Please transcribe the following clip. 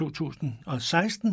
2016